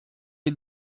ele